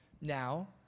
Now